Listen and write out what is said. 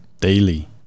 Daily